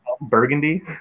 Burgundy